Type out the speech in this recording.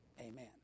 amen